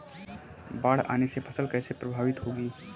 बाढ़ आने से फसल कैसे प्रभावित होगी?